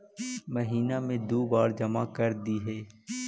महिना मे दु बार जमा करदेहिय?